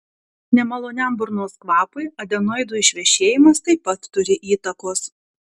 nemaloniam burnos kvapui adenoidų išvešėjimas taip pat turi įtakos